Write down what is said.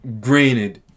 Granted